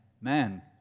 man